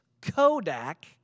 Kodak